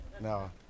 No